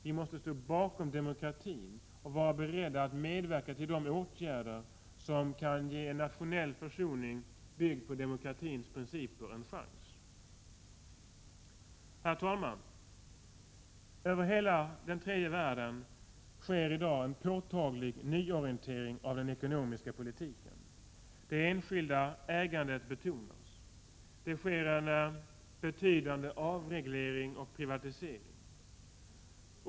Vi måste stå bakom demokratin och vara beredda att medverka till åtgärder som kan ge en chans till nationell försoning, byggd på demokratins principer. Herr talman! Över hela den tredje världen sker en påtaglig nyorientering av den ekonomiska politiken. Det enskilda ägandet betonas. Det sker en betydande avreglering och privatisering.